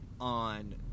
on